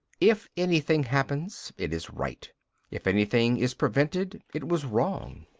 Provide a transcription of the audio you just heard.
if anything happens it is right if anything is prevented it was wrong.